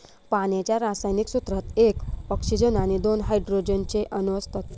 पाण्याच्या रासायनिक सूत्रात एक ऑक्सीजन आणि दोन हायड्रोजन चे अणु असतात